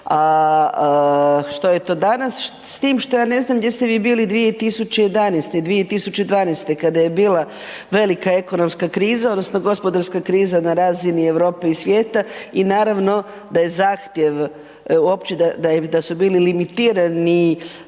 što je to danas s tim što ja ne znam gdje ste vi bili 2011., 2012. kada je bila velika ekonomska kriza odnosno gospodarska kriza na razini Europe i svijeta i naravno da je zahtjev uopće da su bili limitirani